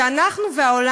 שהעולם